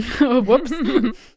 Whoops